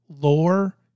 lore